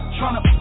Tryna